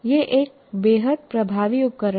यह एक बेहद प्रभावी उपकरण है